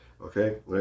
okay